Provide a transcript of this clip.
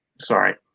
sorry